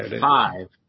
Five